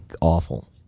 awful